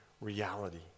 reality